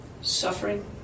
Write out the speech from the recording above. suffering